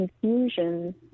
confusion